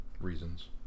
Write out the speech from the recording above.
reasons